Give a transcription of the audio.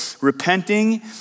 repenting